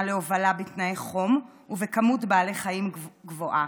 להובלה בתנאי חום ובכמות בעלי חיים גבוהה.